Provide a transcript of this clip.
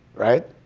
right?